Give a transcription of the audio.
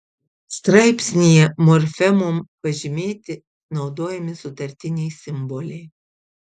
straipsnyje morfemom pažymėti naudojami sutartiniai simboliai